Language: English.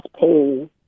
pain